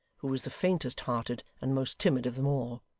who was the faintest-hearted and most timid of them all.